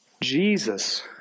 Jesus